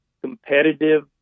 competitive